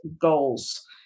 goals